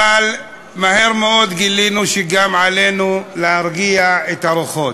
אבל מהר מאוד גילינו שעלינו גם להרגיע את הרוחות,